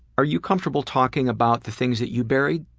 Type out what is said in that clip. are you comfortable talking about the things that you bury?